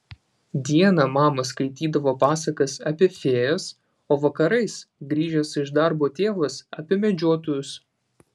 dieną mama skaitydavo pasakas apie fėjas o vakarais grįžęs iš darbo tėvas apie medžiotojus